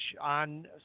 on